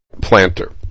planter